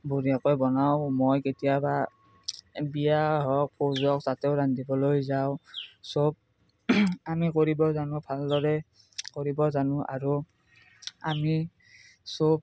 ধুনীয়াকৈ বনাওঁ মই কেতিয়াবা বিয়া হওক ভোজ হওক তাতেও ৰান্ধিবলৈ যাওঁ চব আমি কৰিব জানো ভালদৰে কৰিব জানো আৰু আমি চব